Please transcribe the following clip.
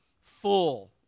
full